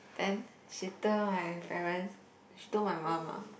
then she told my parents she told my mum ah